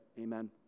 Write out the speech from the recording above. amen